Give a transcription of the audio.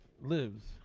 lives